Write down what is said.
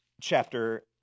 chapter